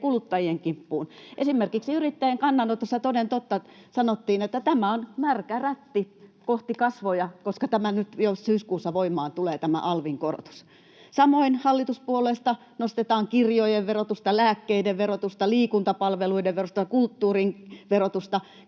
kuluttajien kimppuun. Esimerkiksi yrittäjien kannanotossa toden totta sanottiin, että tämä on märkä rätti kohti kasvoja, koska tämä alvin korotus tulee nyt jo syyskuussa voimaan. Samoin hallituspuolueista nostetaan kirjojen verotusta, lääkkeiden verotusta, liikuntapalveluiden verotusta, kulttuurin verotusta.